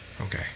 Okay